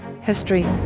history